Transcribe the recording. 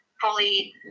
fully